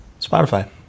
Spotify